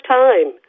time